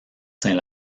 saint